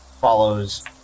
follows